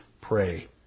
pray